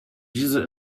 diese